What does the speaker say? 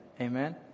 Amen